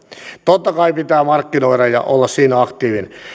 totta kai pitää markkinoida ja olla siinä aktiivinen